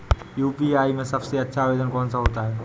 UPI में सबसे अच्छा आवेदन कौन सा होता है?